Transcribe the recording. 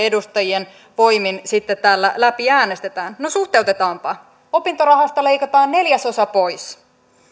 edustajien voimin sitten täällä läpi äänestetään no suhteutetaanpa opintorahasta leikataan neljäsosa pois